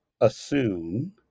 assume